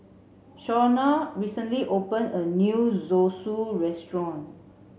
Shawna recently opened a new Zosui restaurant